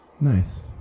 Nice